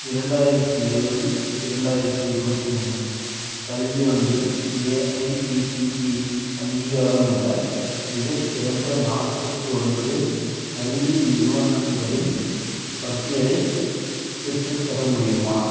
இரண்டாயிரத்து இருபது இரண்டாயிரத்து இருபத்தியொன்னு கல்வியாண்டில் ஏஐசிடிஇ அங்கீகாரமுள்ள மிகச்சிறந்த நாற்பத்து ஒன்பது கல்வி நிறுவனங்களின் பட்டியலை பெற்றுத்தர முடியுமா